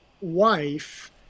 wife